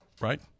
right